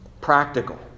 Practical